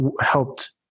helped